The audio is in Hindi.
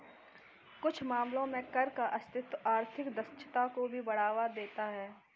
कुछ मामलों में कर का अस्तित्व आर्थिक दक्षता को भी बढ़ावा देता है